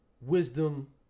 wisdom